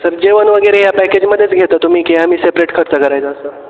sir जेवण वगैरे या पॅकेजमध्येच घेता तुम्ही की आम्ही सेपरेट खर्च करायचं असं